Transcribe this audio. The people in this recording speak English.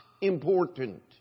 important